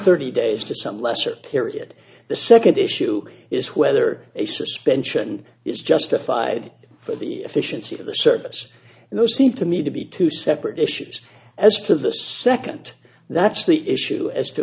thirty days to some lesser period the second issue is whether a suspension is justified for the efficiency of the service and those seem to me to be two separate issues as to the second that's the issue as to